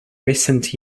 recent